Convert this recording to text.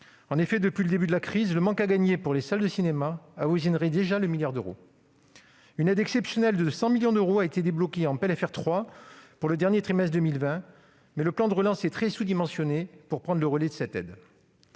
En effet, depuis le début de la crise, le manque à gagner pour les salles de cinéma avoisinerait déjà le milliard d'euros. Une aide exceptionnelle de 100 millions d'euros a été débloquée en LFR 3 pour le dernier trimestre 2020, mais le plan de relance est très sous-dimensionné pour prendre le relais de cette aide.